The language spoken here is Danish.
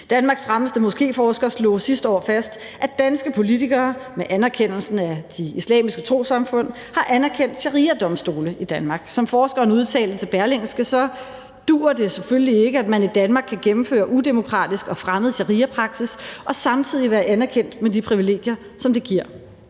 Danmarks fremmeste moskéforsker slog sidste år fast, at danske politikere med anerkendelsen af de islamiske trossamfund har anerkendt shariadomstole i Danmark. Som forskeren udtalte til Berlingske, duer det selvfølgelig ikke, at man i Danmark kan gennemføre udemokratisk og fremmed shariapraksis og samtidig være anerkendt med de privilegier, som det giver.